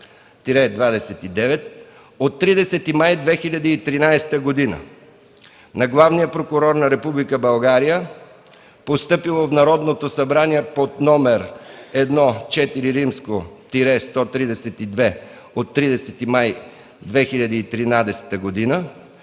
от 30 май 2013 г. на главния прокурор на Република България, постъпило в Народното събрание под № 1 ІV 132 от 30 май 2013 г.